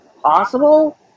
possible